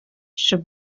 щоб